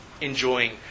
enjoying